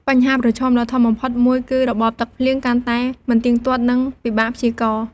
បញ្ហាប្រឈមដ៏ធំបំផុតមួយគឺ របបទឹកភ្លៀងកាន់តែមិនទៀងទាត់ និងពិបាកព្យាករណ៍។